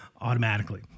automatically